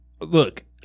look